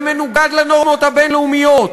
זה מנוגד לנורמות הבין-לאומיות,